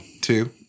Two